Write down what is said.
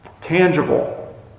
tangible